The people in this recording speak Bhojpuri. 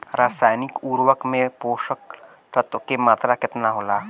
रसायनिक उर्वरक मे पोषक तत्व के मात्रा केतना होला?